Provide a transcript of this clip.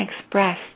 express